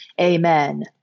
Amen